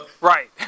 right